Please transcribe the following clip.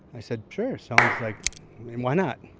i said, sure. sounds like why not?